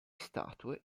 statue